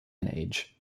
age